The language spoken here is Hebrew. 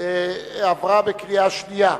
עברה בקריאה שנייה.